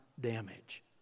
damage